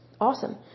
Awesome